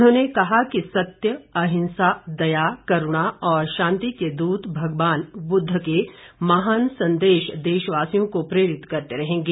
उन्होंने कहा कि सत्य अहिंसा दया करूणा और शांति के दूत भगवान बुद्ध के महान संदेश देशवासियों को प्रेरित करते रहेंगे